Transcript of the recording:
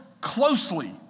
closely